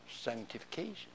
Sanctification